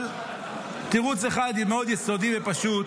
אבל תירוץ אחד, מאוד יסודי ופשוט,